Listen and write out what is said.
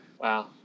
Wow